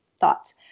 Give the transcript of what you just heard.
thoughts